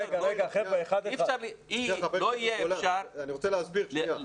אני לא בעד לעשות דברים מופקרים.